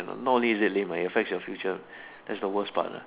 not only is it lame eh it affect your future that's the worst part lah